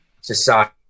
society